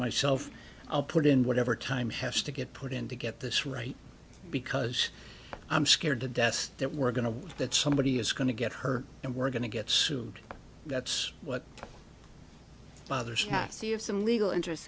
myself i'll put in whatever time has to get put in to get this right because i'm scared to death that we're going to that somebody is going to get hurt and we're going to get sued that's what other stassi have some legal interest